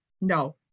No